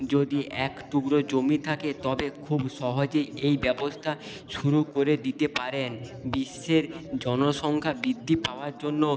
যদি এক টুকরো জমি থাকে তবে খুব সহজেই এই ব্যবস্থা শুরু করে দিতে পারেন বিশ্বের জনসংখ্যা বৃদ্ধি পাওয়ার জন্য